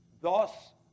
thus